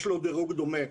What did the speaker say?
יש לו דירוג דומה,